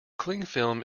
clingfilm